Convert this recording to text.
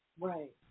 right